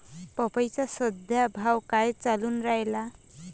पपईचा सद्या का भाव चालून रायला?